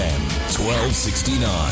1269